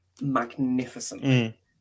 magnificently